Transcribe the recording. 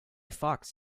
fox